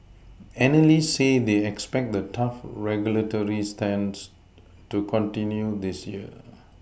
analysts say they expect the tough regulatory stance to continue this year